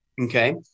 Okay